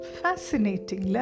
fascinating